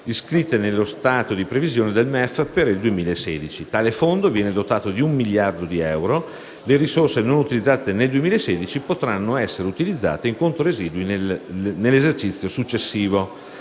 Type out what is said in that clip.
Ministero dell'economia e delle finanze per il 2016. Tale fondo viene dotato di un miliardo di euro; le risorse non utilizzate nel 2016 potranno essere utilizzate, in conto residui, nell'esercizio successivo.